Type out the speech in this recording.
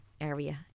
area